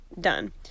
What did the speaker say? done